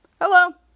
Hello